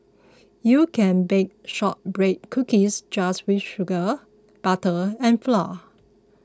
you can bake Shortbread Cookies just with sugar butter and flour